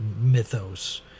mythos